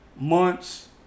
months